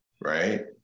right